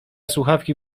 słuchawki